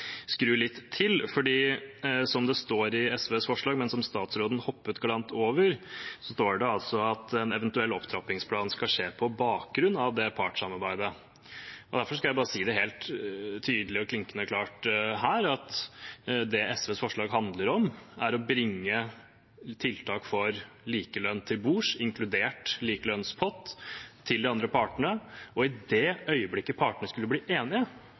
skru litt til. For det som står i SVs forslag, men som statsråden hoppet galant over, er at en eventuell opptrappingsplan skal skje «på bakgrunn av partssamarbeidet». Derfor skal jeg bare si helt tydelig og klinkende klart at det SVs forslag handler om, er å bringe tiltak for likelønn til bords, inkludert likelønnspott, til de andre partene, og i det øyeblikket partene skulle bli enige